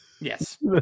Yes